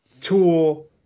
Tool